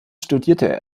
studierte